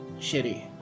shitty